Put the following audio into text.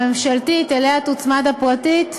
הממשלתית, שאליה תוצמד הפרטית,